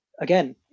again